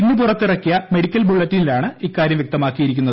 ഇന്ന് പുറത്തിറക്കിയ മെഡിക്കൽ ബുള്ളറ്റിനിലാണ് ഇക്കാര്യം വ്യക്തമാക്കിയിരിക്കുന്നത്